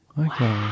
okay